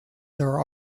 their